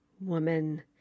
Woman